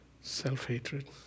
self-hatred